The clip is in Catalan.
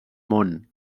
món